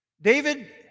David